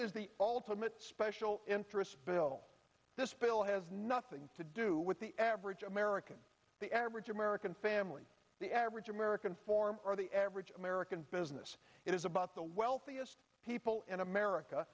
is the ultimate special interest bill this bill has nothing to do with the average american the average american family the average american form or the average american business it is about the wealthiest people in america